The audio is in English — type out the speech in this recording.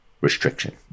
restriction